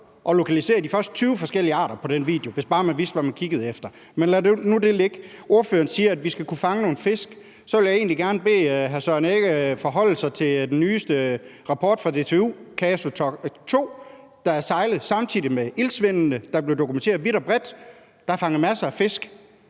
at lokalisere de første 20 forskellige arter på den video, hvis bare man vidste, hvad man kiggede efter. Men lad nu det ligge. Ordføreren siger, at vi skal kunne fange nogle fisk. Så vil jeg egentlig gerne bede hr. Søren Egge Rasmussen forholde sig til den nyeste rapport fra DTU, KASU, togt 2, der sejlede samtidig med iltsvindene, der blev dokumenteret vidt og bredt, og som fangede masser af fisk.